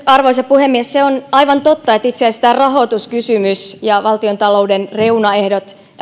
arvoisa puhemies se on aivan totta että itse asiassa tämä rahoituskysymys ja valtiontalouden reunaehdot